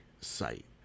site